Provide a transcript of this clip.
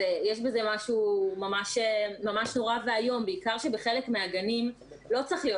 יש בזה משהו ממש נורא ואיום בעיקר שבחלק מהגנים לא צריך להיות